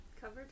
Covered